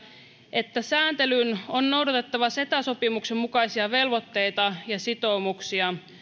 että sääntelyn on noudatettava ceta sopimuksen mukaisia velvoitteita ja sitoumuksia